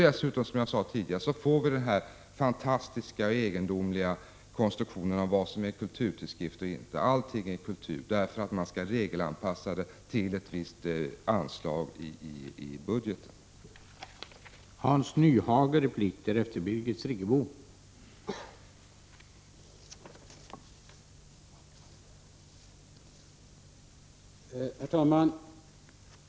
Dessutom får vi den egendomliga konstruktionen när det gäller att fastställa vilka tidskrifter som är kulturtidskrifter — allting räknas som = Prot. 1985/86:105 kultur, eftersom man försöker regelanpassa det till ett visst anslagi budgeten. — 2 april 1986